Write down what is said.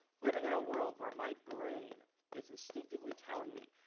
living in a world where my brain is instinctively telling me,